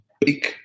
big